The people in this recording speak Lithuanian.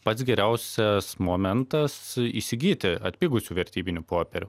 pats geriausias momentas įsigyti atpigusių vertybinių popierių